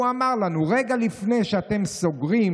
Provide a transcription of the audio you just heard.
והוא אמר לנו: 'רגע לפני שאתם סוגרים,